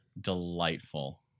delightful